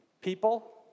people